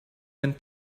mint